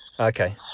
Okay